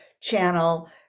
channel